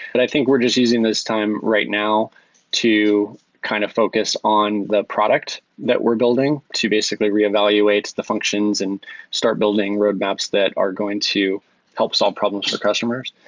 but i think we're just using this time right now to kind of focus on the product that we're building to basically reevaluates the functions and start building roadmaps that are going to help solve problems for the customers.